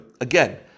Again